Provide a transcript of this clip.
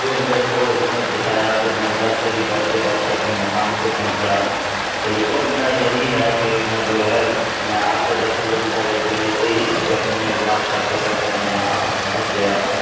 پھر میرے کو ہمت جٹایا پھر میں ادھر سے بھی دوڑتے دوڑتے اپنے مقام پہ پہنچا تو ریکارڈ میرا یہی ہے کہ میں جو ہے آٹھ سے دس کلو میٹر ایک دن ایسے ہی گپ میں بات کرتے کرتے میں یہاں تک پہنچ گیا ہوں